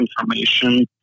information